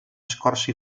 escorça